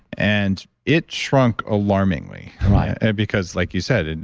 and it shrunk alarmingly right because like you said, and